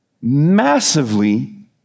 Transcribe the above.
massively